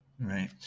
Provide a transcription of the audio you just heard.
Right